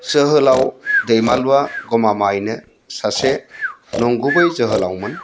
जोहोलाव दैमालुआ गमामायैनो सासे नंगुबै जोहोलावमोन